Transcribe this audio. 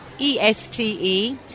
E-S-T-E